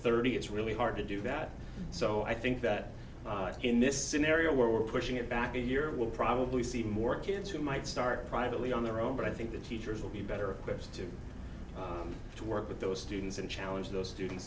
thirty it's really hard to do that so i think that in this scenario where we're pushing it back a year we'll probably see more kids who might start privately on their own but i think the teachers will be better equipped to work with those students and challenge those students